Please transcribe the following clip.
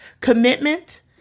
commitment